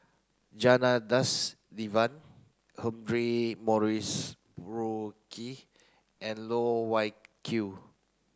Janadas Devan Humphrey Morrison Burkill and Loh Wai Kiew